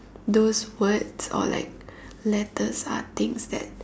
those words or like letters are things that